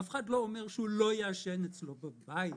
אף אחד לא אומר שהוא לא יעשן בבית שלו.